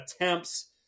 attempts